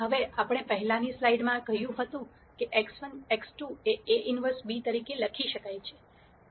હવે આપણે પહેલાની સ્લાઈડમાં કહ્યું હતું કે x1 x2 એ A inverse b તરીકે લખી શકાય છે